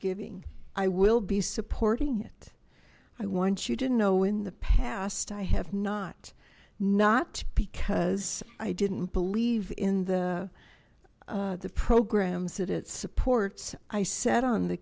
giving i will be supporting it i want you didn't know in the past i have not not because i didn't believe in the programs that it supports i sat on the